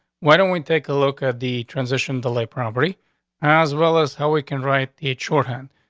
why don't we take a look at the transition, the late property as well as how we can write a shorthand?